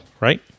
right